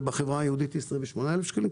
ואילו בחברה היהודית היא 28,000 שקלים.